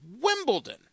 Wimbledon